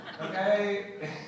Okay